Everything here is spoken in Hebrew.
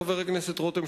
חבר הכנסת רותם,